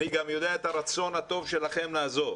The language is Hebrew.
אני גם יודע את הרצון הטוב שלכם לעזור,